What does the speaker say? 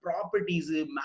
properties